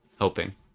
Hoping